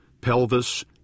pelvis